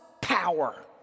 power